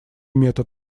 метод